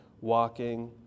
walking